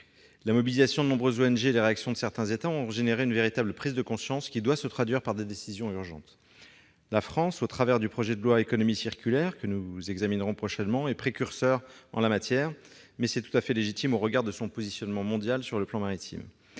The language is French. la mobilisation de nombreuses ONG et les réactions de certains États ont entraîné une véritable prise de conscience, elle doit se traduire par des décisions urgentes. La France, au travers du projet de loi relatif à l'économie circulaire, que nous examinerons prochainement, est précurseur en la matière, ce qui est tout à fait légitime au regard de son positionnement mondial sur le plan maritime.